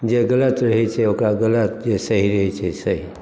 जे गलत रहै से ओकर गलत जे सही रहै छै से सही